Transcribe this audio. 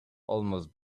almost